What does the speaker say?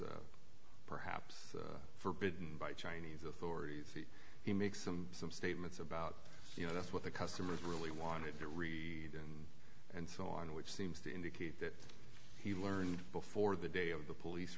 was perhaps forbid by chinese authorities he makes some some statements about you know that's what the customers really wanted to read and so on which seems to indicate that he learned before the day of the police